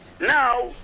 Now